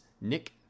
Nick